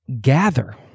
Gather